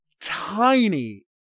tiny